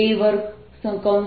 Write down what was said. V